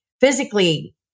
physically